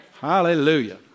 Hallelujah